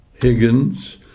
Higgins